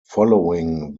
following